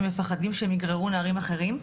הם מפחדים שהם יגררו נערים אחרים.